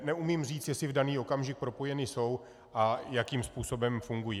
Neumím říct, jestli v daný okamžik propojeny jsou a jakým způsobem fungují.